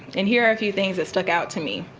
and here are a few things that stuck out to me.